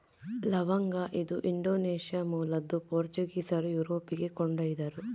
ಲವಂಗ ಇದು ಇಂಡೋನೇಷ್ಯಾ ಮೂಲದ್ದು ಪೋರ್ಚುಗೀಸರು ಯುರೋಪಿಗೆ ಕೊಂಡೊಯ್ದರು